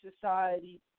society